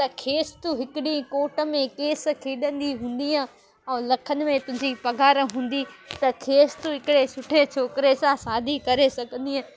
त खेसि तूं हिकु ॾींहुं कोट में केस खेॾंदी हूंदीअ ऐं लखनि में तुंहिंजी पघारु हूंदी त खेसि तूं हिकु सुठे छोकिरे सां शादी करे सघंदीअ